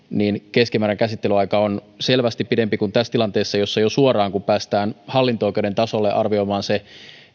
keskimääräinen käsittelyaika on selvästi pidempi kuin tässä tilanteessa jossa kun jo suoraan päästään hallinto oikeuden tasolle arvioimaan se